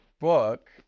book